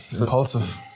impulsive